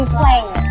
playing